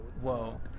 Whoa